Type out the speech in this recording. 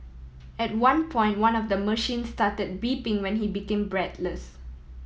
at one point one of the machines started beeping when he became breathless